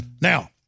Now